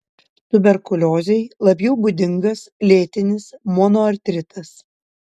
tuberkuliozei labiau būdingas lėtinis monoartritas